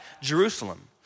Jerusalem